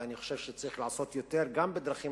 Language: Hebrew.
ואני חושב שצריך לעשות יותר גם בדרכים